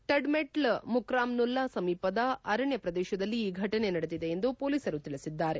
ಟಡ್ಮೆಟ್ಲ್ ಮುಕಮ್ ನುಲ್ಲಾ ಸಮೀಪದ ಅರಣ್ಣ ಪ್ರದೇಶದಲ್ಲಿ ಈ ಘಟನೆ ನಡೆದಿದೆ ಎಂದು ಪೊಲೀಸರು ತಿಳಿಸಿದ್ದಾರೆ